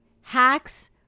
Hacks